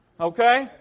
Okay